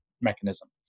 mechanism